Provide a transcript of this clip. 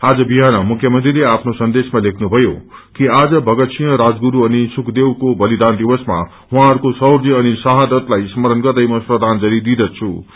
आंज विजान मुख्यमंत्रीले आफ्नो सन्देशमा लेख्नुभयो कि आज भगतसिंह राजगुरू अनि सुखदेवको बलिदान दिवसमा उहाँहरूको शौँय अनि शहादतलाई स्मरण गर्दै म श्रदाजंती दिंदछ्ट